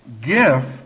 Gift